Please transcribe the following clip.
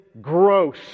gross